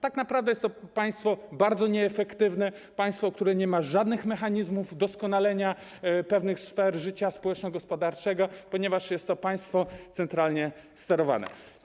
Tak naprawdę jest to państwo bardzo nieefektywne, państwo, które nie ma żadnych mechanizmów doskonalenia pewnych sfer życia społeczno-gospodarczego, ponieważ jest to państwo centralnie sterowane.